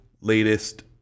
latest